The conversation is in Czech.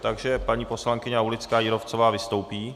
Takže paní poslankyně Aulická Jírovcová vystoupí.